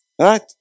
Right